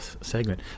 segment